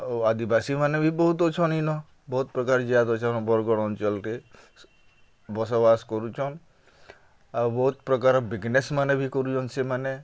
ଆଉ ଆଦିବାସୀମାନେ ବି ବହୁତ୍ ଅଛନ୍ ଇନ ବହୁତ୍ ପ୍ରକାର୍ ଜାଏତ୍ ଅଛନ୍ ବର୍ଗଡ଼୍ ଅଞ୍ଚଲ୍ରେ ବସବାସ୍ କରୁଚନ୍ ଆଉ ବହୁତ୍ ପ୍ରକାର୍ ବିଜ୍ନେସ୍ମାନେ ବି କରୁଚନ୍ ସେମାନେ